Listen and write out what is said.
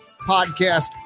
podcast